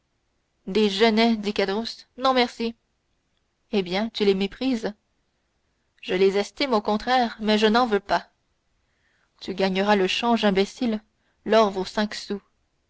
dit caderousse non merci eh bien tu les méprises je les estime au contraire mais je n'en veux pas tu gagneras le change imbécile l'or vaut cinq sous